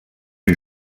les